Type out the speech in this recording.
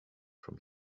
from